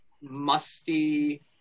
musty